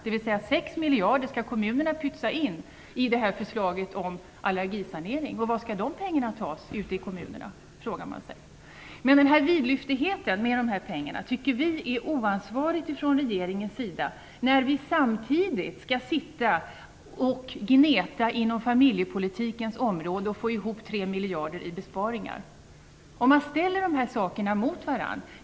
Kommunerna skall alltså pytsa in sex miljarder när det gäller förslaget om allergisanering. Man kan fråga sig var man skall ta de pengarna ute i kommunerna. Vi tycker att det är oansvarigt av regeringen att vara så vidlyftig med dessa pengar när vi samtidigt skall gneta inom familjepolitikens område och få ihop tre miljarder i besparingar. Låt oss ställa dessa saker mot varandra.